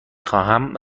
خواهم